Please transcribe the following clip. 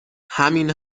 همین